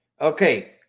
Okay